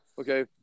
Okay